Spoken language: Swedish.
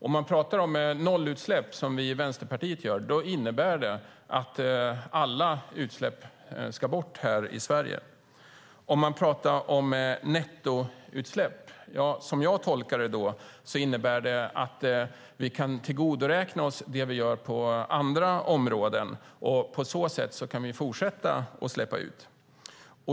Om man talar om nollutsläpp, som vi i Vänsterpartiet gör, innebär det att alla utsläpp ska bort här i Sverige. Om man talar om nettoutsläpp tolkar jag det som att vi kan tillgodoräkna oss det vi gör på andra områden och på så sätt kan fortsätta att släppa ut.